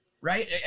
right